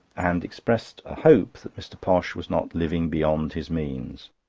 and expressed a hope that mr. posh was not living beyond his means.